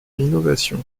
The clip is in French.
l’innovation